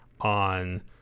on